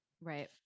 Right